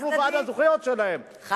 אנחנו בעד הזכויות שלהם, חד-צדדי?